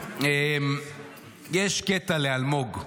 יש קטע לאלמוג,